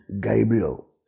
Gabriel